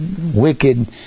wicked